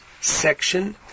section